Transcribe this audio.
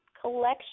collection